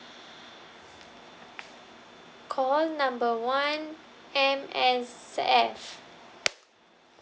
call one number one M_S_F